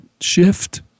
shift